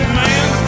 man